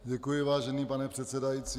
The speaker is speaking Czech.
Děkuji, vážený pane předsedající.